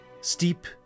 Steep